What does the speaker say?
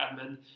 admin